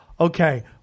Okay